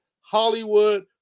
Hollywood